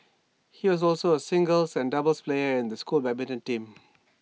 he was also A singles and doubles player in the school's badminton team